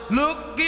look